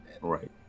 Right